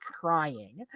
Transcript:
crying